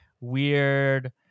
weird